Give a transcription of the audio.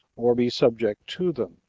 or be subject to them.